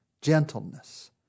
gentleness